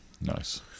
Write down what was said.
Nice